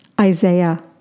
Isaiah